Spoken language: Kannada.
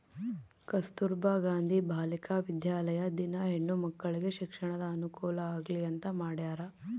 ಕಸ್ತುರ್ಭ ಗಾಂಧಿ ಬಾಲಿಕ ವಿದ್ಯಾಲಯ ದಿನ ಹೆಣ್ಣು ಮಕ್ಕಳಿಗೆ ಶಿಕ್ಷಣದ ಅನುಕುಲ ಆಗ್ಲಿ ಅಂತ ಮಾಡ್ಯರ